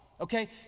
Okay